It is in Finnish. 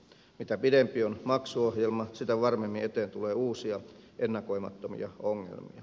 mitä pidempi on maksuohjelma sitä varmemmin eteen tulee uusia ennakoimattomia ongelmia